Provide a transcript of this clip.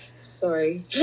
Sorry